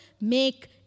make